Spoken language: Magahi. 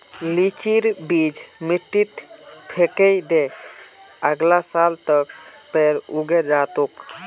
लीचीर बीज मिट्टीत फेकइ दे, अगला साल तक पेड़ उगे जा तोक